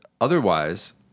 otherwise